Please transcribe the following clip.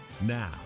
Now